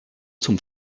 zum